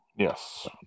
Yes